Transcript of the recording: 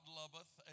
loveth